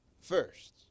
first